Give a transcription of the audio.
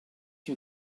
you